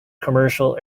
commercial